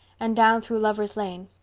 and down through lover's lane.